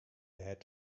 had